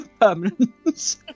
Permanence